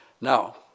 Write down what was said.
now